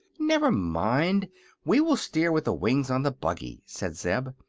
never mind we will steer with the wings on the buggy, said zeb.